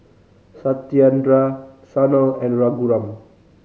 Satyendra Sanal and Raghuram